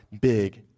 big